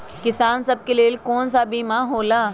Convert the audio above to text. किसान सब के लेल कौन कौन सा बीमा होला?